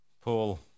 Paul